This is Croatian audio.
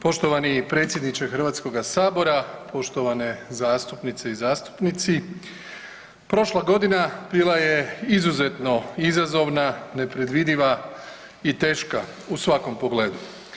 Poštovani predsjedniče Hrvatskoga sabora, poštovane zastupnice i zastupnici prošla godina bila je izuzetno izazovna, nepredvidiva i teška u svakom pogledu.